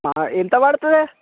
ఎంత పడుతుందే